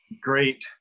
great